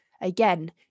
again